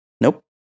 Nope